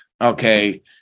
Okay